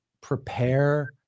prepare